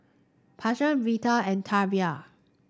Pasquale Vita and Tavian